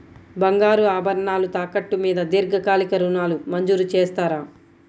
బంగారు ఆభరణాలు తాకట్టు మీద దీర్ఘకాలిక ఋణాలు మంజూరు చేస్తారా?